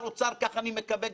לעבודת הוועדה,